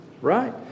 right